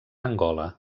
angola